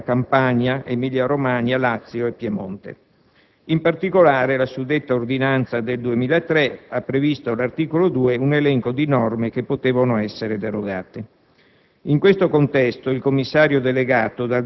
dislocati nei territori delle Regioni Basilicata, Campania, Emilia Romagna, Lazio e Piemonte. In particolare, la suddetta ordinanza del 2003 ha previsto, all'articolo 2, un elenco di norme che potevano essere derogate.